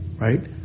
Right